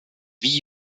wie